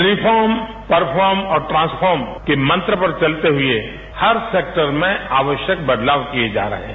reform perform और transform के मंत्र पर चलते हुए हर सेक्टर में आवश्यक बदलाव किये जा रहे हैं